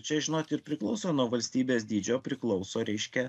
čia žinot ir priklauso nuo valstybės dydžio priklauso reiškia